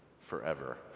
forever